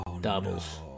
Doubles